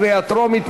קריאה טרומית.